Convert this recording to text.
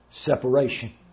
separation